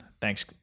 Thanks